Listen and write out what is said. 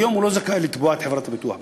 היום הוא לא זכאי לתבוע את חברת הביטוח בכלל.